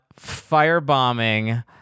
firebombing